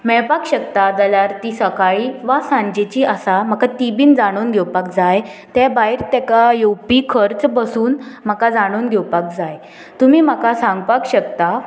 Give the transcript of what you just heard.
मेळपाक शकता जाल्यार ती सकाळी वा सांजेची आसा म्हाका ती बीन जाणून घेवपाक जाय ते भायर तेका येवपी खर्च बसून म्हाका जाणून घेवपाक जाय तुमी म्हाका सांगपाक शकता